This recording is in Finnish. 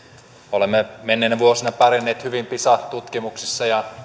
olemme menneinä vuosina pärjänneet hyvin pisa tutkimuksissa ja